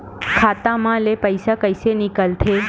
खाता मा ले पईसा कइसे निकल थे?